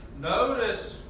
notice